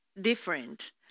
different